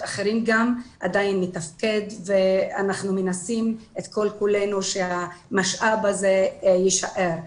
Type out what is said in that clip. אחרים מתפקד ואנחנו מנסים כל כולנו שהמשאב הזה יישאר.